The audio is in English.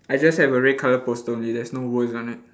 I just have a red colour poster only there's no words on it